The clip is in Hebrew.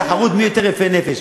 בתחרות מי יותר יפה נפש.